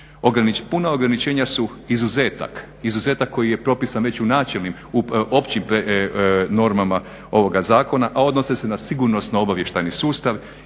Puna ograničenja su izuzetak, izuzetak koji je propisan već u načelnim, općim normama ovoga zakona a odnose se na sigurnosno-obavještajni sustav